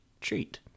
treat